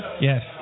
Yes